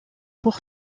pour